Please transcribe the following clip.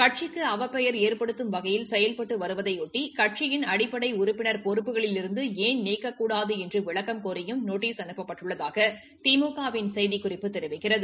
கட்சிக்கு அவப்பெயர் ஏற்படுத்தும் வகையில் செயல்பட்டு வருவதையொட்டி கட்சியின் அடிப்படை உறுப்பினர் பொறுப்புகளிலிருந்து ஏன் நீக்கக்கூடாது என்று விளக்கம் கோியும் நோட்டீஸ் அனுப்ப்பட்டுள்ளதாக திமுக வின் செய்திக்குறிப்பு தெரிவிக்கிறது